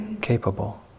capable